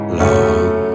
long